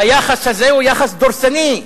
היחס הזה הוא יחס דורסני,